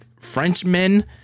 Frenchmen